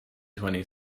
twenty